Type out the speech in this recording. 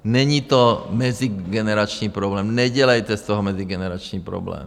Není to mezigenerační problém, nedělejte z toho mezigenerační problém.